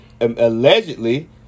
Allegedly